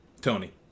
Tony